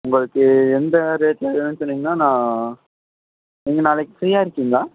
உங்களுக்கு எந்த ரேட்டில் வேணும்னு சொன்னீங்கன்னால் நான் நீங்கள் நாளைக்கு ஃப்ரீயாக இருக்கீங்களா